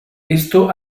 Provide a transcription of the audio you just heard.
esto